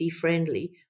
friendly